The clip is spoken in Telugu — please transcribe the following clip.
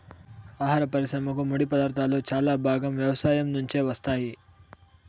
ఆహార పరిశ్రమకు ముడిపదార్థాలు చాలా భాగం వ్యవసాయం నుంచే వస్తాయి